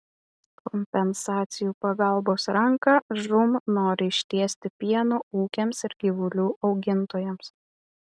kompensacijų pagalbos ranką žūm nori ištiesti pieno ūkiams ir gyvulių augintojams